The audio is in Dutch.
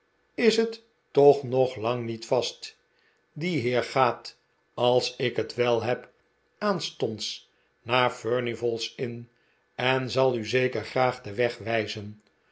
is net toch nog lang niet vast die heer gaat als ik het wel heb aanstonds naar furnival's inn en zal u zeker graag den